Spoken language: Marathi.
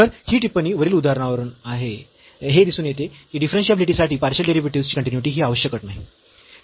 तर ही टिपण्णी वरील उदाहरणावरून हे दिसून येते की डिफरन्शियाबिलिटी साठी पार्शियल डेरिव्हेटिव्ह्जची कन्टीन्यूईटी ही आवश्यक अट नाही